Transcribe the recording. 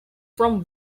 from